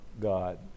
God